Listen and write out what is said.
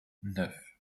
neuf